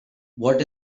what